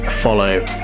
follow